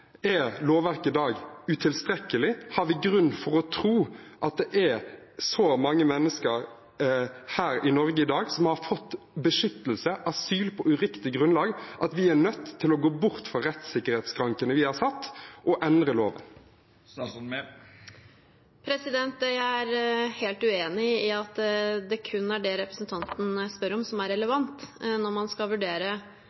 Er lovverket i dag utilstrekkelig? Har vi grunn til å tro at det er så mange mennesker i Norge i dag som har fått beskyttelse, asyl, på uriktig grunnlag, at vi er nødt til å gå bort fra rettssikkerhetsskrankene vi har satt, og endre loven? Jeg er helt uenig i at det kun er det representanten spør om, som er